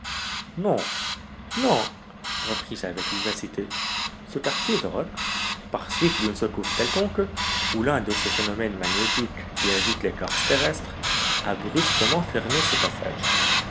non non repris-je avec vivacité ce quartier de roc par suite d'une secousse quelconque ou l'un de ces phénomènes magnétiques qui agitent l'écorce terrestre a brusquement fermé ce passage